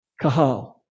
kahal